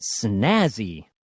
snazzy